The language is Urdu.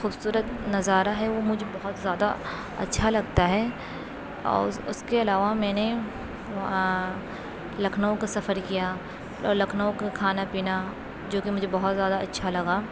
خوبصورت نظارہ ہے وہ مجھے بہت زیادہ اچھا لگتا ہے اور اس کے علاوہ میں نے لکھنؤ کا سفر کیا لکھنؤ کا کھانا پینا جو کہ مجھے بہت زیادہ اچھا لگا